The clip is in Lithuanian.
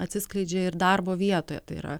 atsiskleidžia ir darbo vietoje tai yra